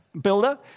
builder